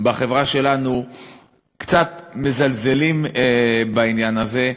בחברה שלנו קצת מזלזלים בעניין הזה,